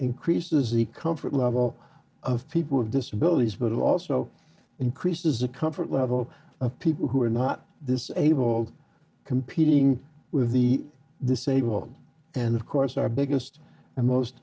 increases the comfort level of people with disabilities but it also increases the comfort level of people who are not this able competing with the disabled and of course our biggest and most